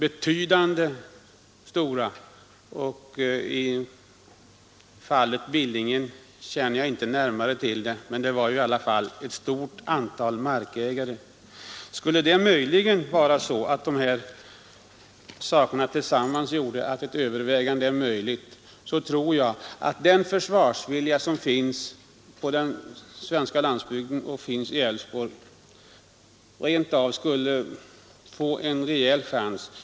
Hur det ligger till i Billingenfallet känner jag inte närmare till, men ett stort antal markägare berörs. Skulle dessa förhållanden tillsammantagna möjliggöra ett övervägande tror jag att den försvarsvilja som finns på den svenska landsbygden — i Nr 56 det här fallet i Älvsborg — skulle få en rejäl chans.